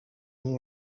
yng